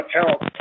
account